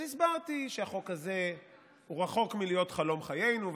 אז הסברתי שהחוק הזה הוא רחוק מלהיות חלום חיינו,